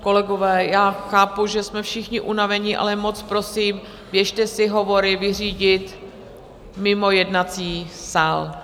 Kolegové, já chápu, že jsme všichni unaveni, ale moc prosím, běžte si hovory vyřídit mimo jednací sál.